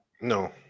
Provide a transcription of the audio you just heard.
No